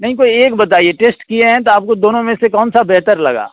नहीं कोई एक बताइए टेस्ट किए हैं तो आपको दोनों में से कौन सा बेहतर लगा